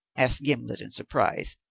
asked gimblet in surprise.